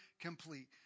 complete